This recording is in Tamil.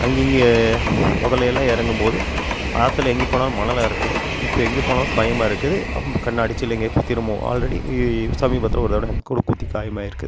அங்கே இங்கேயும் முதல்லே எல்லாம் இறங்கும் போது ஆற்றுல எங்கே போனாலும் மணலாக இருக்கும் இப்போ எங்கே போனாலும் பயமாக இருக்குது கண்ணாடி சில்லு எங்கேயாது குத்திருமோ ஆல்ரெடி சமீபத்தில் ஒரு தடவை எனக்கு கூட குற்றி காயமாயிருக்குது